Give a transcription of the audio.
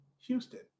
Houston